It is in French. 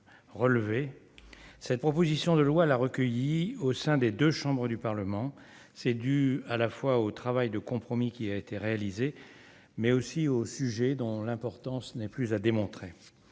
cette proposition de loi la recueillis au sein des 2 chambres du Parlement, c'est dû à la fois au travail de compromis qui a été réalisé, mais aussi au sujet dont l'importance n'est plus à démontrer